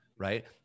right